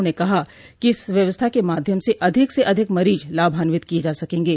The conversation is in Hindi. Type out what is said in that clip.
उन्होंने कहा कि इस व्यवस्था के माध्यम से अधिक से अधिक मरीज लाभान्वित किये जा स सकेंगे